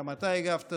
וגם אתה הגבת,